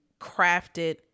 crafted